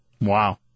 Wow